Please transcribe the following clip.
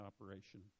operation